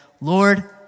Lord